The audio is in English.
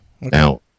Now